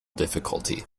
difficulty